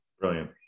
Brilliant